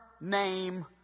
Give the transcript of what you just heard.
name